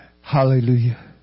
Hallelujah